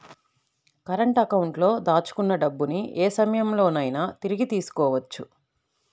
current అకౌంట్లో దాచుకున్న డబ్బుని యే సమయంలోనైనా తిరిగి తీసుకోవచ్చు